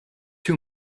too